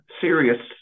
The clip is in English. serious